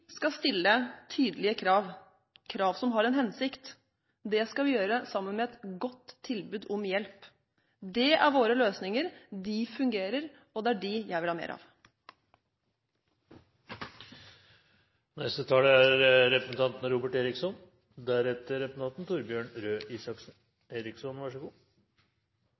skal stille tydelige krav, krav som har en hensikt. Det skal vi gjøre sammen med et godt tilbud om hjelp. Det er våre løsninger – de fungerer – og det er dem jeg vil ha mer av. La meg først få lov til å si at jeg er helt enig med representanten